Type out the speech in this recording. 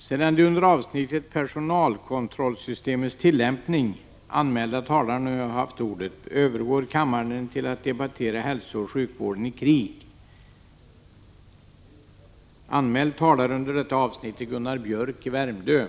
Prot. 1986/87:127 Sedan de under avsnittet Personalkontrollsystemets tillämpning anmälda 20 maj 1987 talarna nu haft ordet övergår kammaren till att debattera Hälsooch